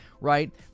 right